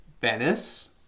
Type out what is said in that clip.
Venice